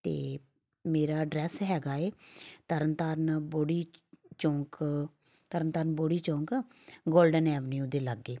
ਅਤੇ ਮੇਰਾ ਐਡਰੈੱਸ ਹੈਗਾ ਹੈ ਤਰਨ ਤਾਰਨ ਬੋੜੀ ਚੌਕ ਤਰਨ ਤਾਰਨ ਬੋੜੀ ਚੌਕ ਗੋਲਡਨ ਐਵਨਿਊ ਦੇ ਲਾਗੇ